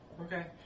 okay